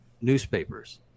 newspapers